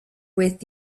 with